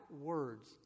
words